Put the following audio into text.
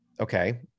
Okay